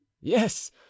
yes